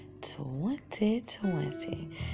2020